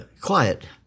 quiet